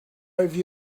review